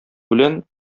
белән